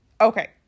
Okay